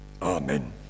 Amen